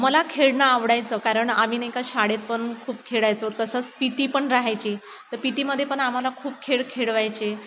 मला खेळणं आवडायचं कारण आम्ही नाही का शाळेत पण खूप खेळायचो तसंच पी टी पण राहायची तर पी टीमध्ये पण आम्हाला खूप खेळ खेळवायचे